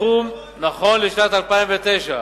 הסכום נכון לשנת 2009,